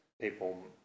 people